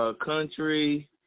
country